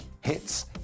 hits